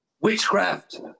Witchcraft